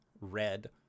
red